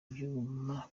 ibyuma